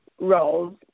Roles